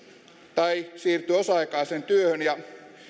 tai siirtyy osa aikaiseen työhön ja